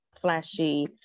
flashy